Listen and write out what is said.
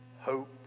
hope